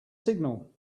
signal